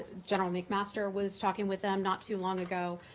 general mcmaster was talking with them not too long ago.